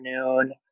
afternoon